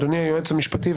אדוני היועץ המשפטי,